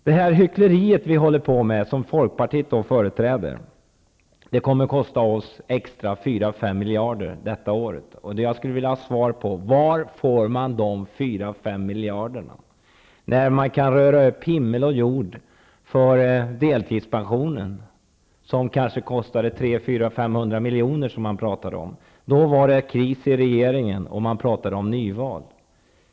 Det hyckleri vi håller på med, som Folkpartiet företräder, kommer att kosta oss 4--5 miljarder extra i år. Jag skulle vilja ha svar på en fråga: Var får man dessa 4--5 miljarder ifrån? Man kan röra upp himmel och jord för delpensionen, som kanske kostade uppemot 500 miljoner. Då var det kris i regeringen, och man pratade om nyal.